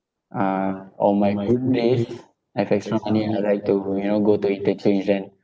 uh on my good days I've extra money I like to you know go to interchange then